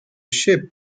ship